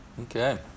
Okay